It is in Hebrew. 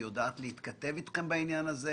האם היא יודעת להתכתב איתכם בעניין הזה?